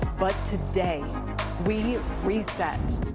but today we reset,